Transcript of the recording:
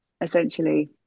essentially